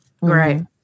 Right